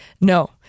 no